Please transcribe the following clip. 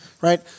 right